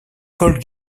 paul